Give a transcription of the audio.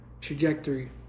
trajectory